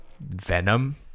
Venom